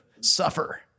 suffer